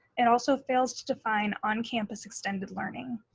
it also fails to define on campus extended learning.